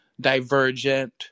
Divergent